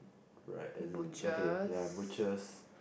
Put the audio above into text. right as in okay ya butcher's